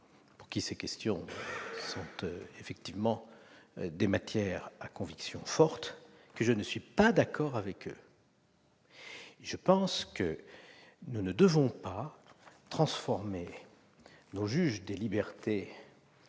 pour qui ces questions sont des matières à conviction forte, que je ne suis pas d'accord avec eux. Je pense que nous ne devons pas transformer nos juges des libertés